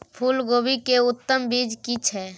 फूलकोबी के उत्तम बीज की छै?